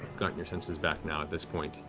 gotten your senses back now at this point.